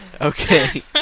Okay